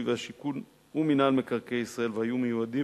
והשיכון ומינהל מקרקעי ישראל והיו מיועדים